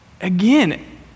again